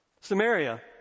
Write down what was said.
Samaria